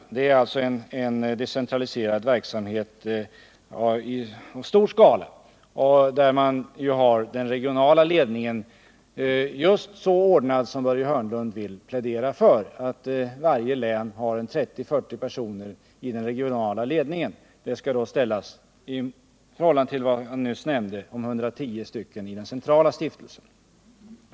Det är alltså en decentraliserad verksamhet i stor skala, där man skulle ha den regionala ledningen ordnad just på det sätt som Börje Hörnlund vill plädera för, nämligen att varje län har 30-40 personer i den regionala ledningen. Detta skall då ställas i förhållande till det antal som jag nyss nämnde, 110 personer, i den centrala stiftelsen.